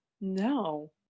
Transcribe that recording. No